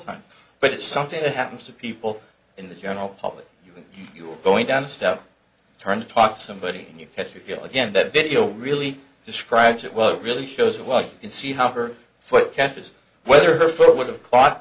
time but it's something that happens to people in the general public you know you're going down a step turn to talk to somebody and you catch you again that video really describes it well it really shows what can see how her foot catches whether her foot would have caught